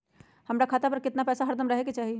हमरा खाता पर केतना पैसा हरदम रहे के चाहि?